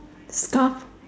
scarf